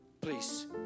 please